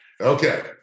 Okay